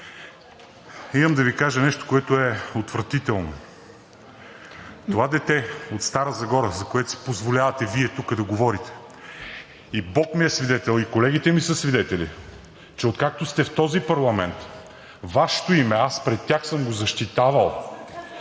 имам да Ви кажа нещо, което е отвратително. Това дете от Стара Загора, за което си позволявате Вие тук да говорите, и Бог ми е свидетел, и колегите ми са свидетели, че откакто сте в този парламент, Вашето име аз пред тях съм го защитавал